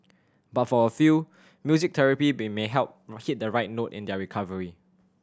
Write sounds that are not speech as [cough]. but for a few music therapy [unintelligible] may help hit the right note in their recovery